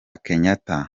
kenyatta